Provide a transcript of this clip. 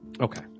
Okay